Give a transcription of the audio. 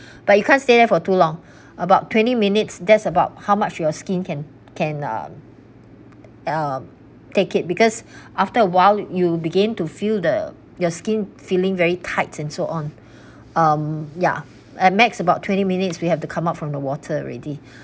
but you can't stay there for too long about twenty minutes that's about how much your skin can can um um take it because after a while you begin to feel the your skin feeling very tight and so on um ya at max about twenty minutes we have to come up from the water already